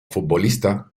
futbolista